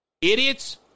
Idiots